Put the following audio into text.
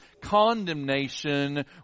condemnation